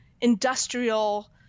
industrial